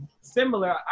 Similar